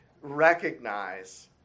recognize